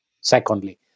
Secondly